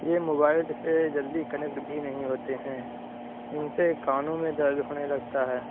یہ موبائل سے جلدی کنیکٹ بھی نہیں ہوتے ہیں ان سے کانوں میں درد ہونے لگتا ہے